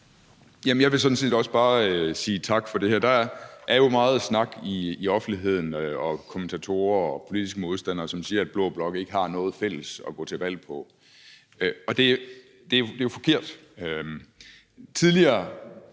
(LA): Jeg vil sådan set også bare sige tak for det her. Der er jo meget snak i offentligheden og kommentatorer og politiske modstandere, som siger, at blå blok ikke har noget fælles at gå til valg på, og det er jo forkert. Tidligere,